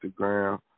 Instagram